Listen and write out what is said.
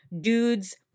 dudes